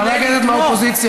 חברי הכנסת מהאופוזיציה.